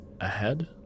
ahead